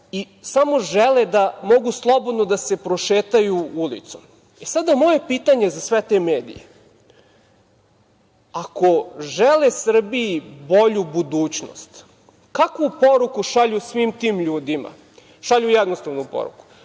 i samo žele da mogu slobodno da se prošetaju ulicom. Sada, moje pitanje za sve te medije, ako žele Srbiji bolju budućnost, kakvu poruku šalju svim tim ljudima? Šalju jednostavnu poruku